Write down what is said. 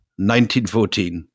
1914